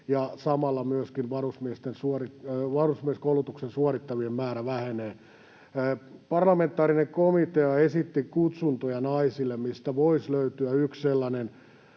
samalla myöskin varusmieskoulutuksen suorittavien määrä vähenee. Parlamentaarinen komitea esitti kutsuntoja naisille, mistä voisi löytyä yksi sellainen